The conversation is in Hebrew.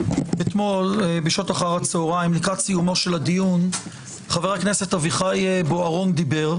אתמול בשעות אחר הצהרים לקראת סיום הדיון חבר הכנסת אביחי בוארון דיבר,